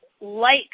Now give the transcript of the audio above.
light